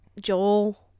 joel